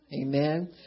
Amen